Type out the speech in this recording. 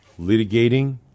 litigating